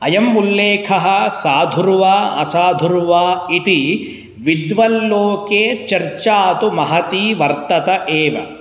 अयम् उल्लेखः साधुर्वा असाधुर्वा इति विद्वल्लोके चर्चा तु महती वर्तत एव